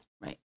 Right